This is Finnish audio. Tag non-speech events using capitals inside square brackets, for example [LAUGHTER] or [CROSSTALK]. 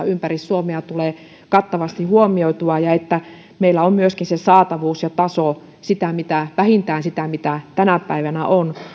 [UNINTELLIGIBLE] ympäri suomea tulee kattavasti huomioitua ja että meillä on myöskin saatavuus ja taso vähintään se mitä tänä päivänä on